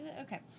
Okay